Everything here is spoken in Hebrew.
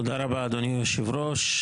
תודה רבה אדוני יושב הראש.